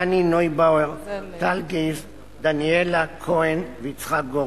רני נויבואר, טל גיז, דניאל כהן ויצחק גורדון.